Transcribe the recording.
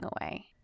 away